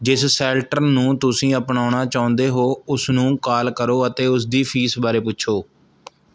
ਜਿਸ ਸ਼ੈਲਟਰ ਨੂੰ ਤੁਸੀਂ ਅਪਣਾਉਣਾ ਚਾਹੁੰਦੇ ਹੋ ਉਸ ਨੂੰ ਕਾਲ ਕਰੋ ਅਤੇ ਉਸ ਦੀ ਫੀਸ ਬਾਰੇ ਪੁੱਛੋ